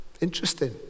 Interesting